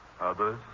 Others